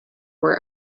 were